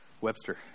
Webster